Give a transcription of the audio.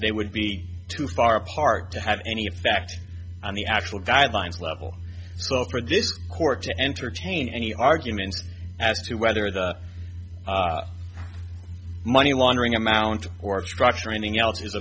they would be too far apart to have any effect on the actual guidelines level so for this court to entertain any arguments as to whether the money laundering amount or structuring else is